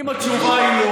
צריך להחליף אותו.